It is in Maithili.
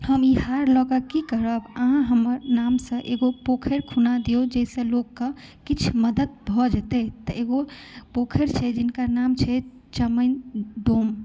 हम ई हार लऽ कऽ की करब आहाँ हमर नामसँ एगो पोखरि खुना दियौ जाहिसँ लोक के किछु मदत भऽ जेतै तऽ एगो पोखरि छै जिनकर नाम छै चमाइन डोम